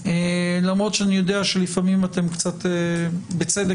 למרות שאני יודע שלפעמים אתם בצדק